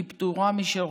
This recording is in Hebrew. היא פטורה משירות.